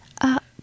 up